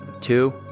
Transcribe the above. Two